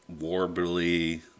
warbly